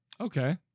Okay